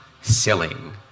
selling